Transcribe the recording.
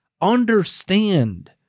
understand